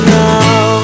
now